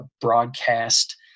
broadcast